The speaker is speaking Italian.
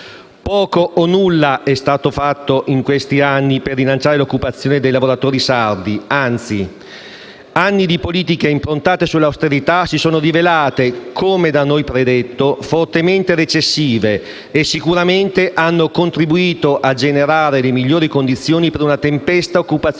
Poco o nulla è stato fatto in questi anni per rilanciare l'occupazione dei lavoratori sardi, anzi. Anni di politiche improntate sull'austerità si sono rivelate - come da noi predetto - fortemente recessive e, sicuramente, hanno contribuito a generare le migliori condizioni per una tempesta occupazionale